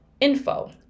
info